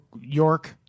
York